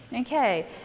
okay